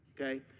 Okay